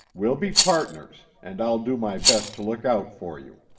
we'll be partners, and i'll do my best to look out for you.